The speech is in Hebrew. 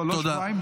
לא, לא שבועיים.